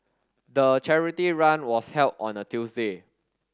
the charity run was held on a Tuesday